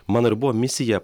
mano ir buvo misija